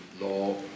law